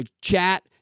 chat